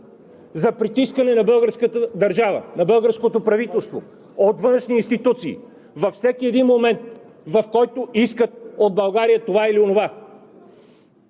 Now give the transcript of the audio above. за притискане на българската държава, на българското правителство, от външни институции във всеки един момент, в който искат от България това или онова!